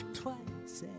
twice